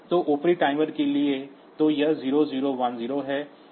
तो ऊपरी टाइमर के लिए तो यह 0 0 1 0 है